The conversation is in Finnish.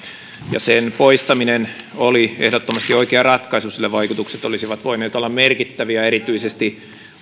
sen poistaminen oli ehdottomasti oikea ratkaisu sillä vaikutukset olisivat voineet olla merkittäviä erityisesti